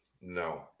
No